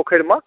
पोखरिमे